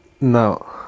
No